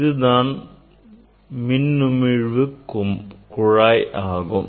இதுதான் மின்னுமிழ்வுக் குழாய் ஆகும்